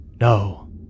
No